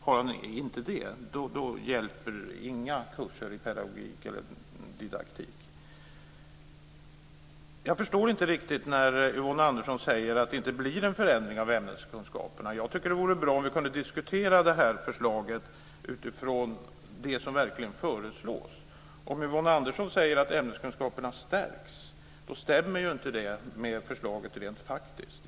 Har han inte det hjälper inga kurser i pedagogik eller didaktik. Jag förstår inte riktigt det Yvonne Andersson säger om att det inte blir någon förändring av ämneskunskaperna. Jag tycker att det vore bra om vi kunde diskutera detta förslag utifrån det som verkligen föreslås. Om Yvonne Andersson säger att ämneskunskaperna stärks stämmer inte det med förslaget rent faktiskt.